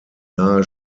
nahe